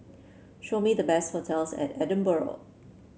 show me the best hotels in Edinburgh